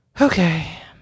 Okay